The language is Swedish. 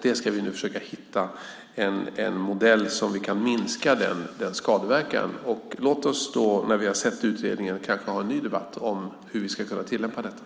Vi ska nu försöka hitta en modell så att vi kan minska denna skadeverkan. Låt oss, när vi har sett utredningen, ha en ny debatt om hur vi ska tillämpa den.